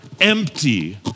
empty